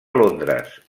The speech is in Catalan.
londres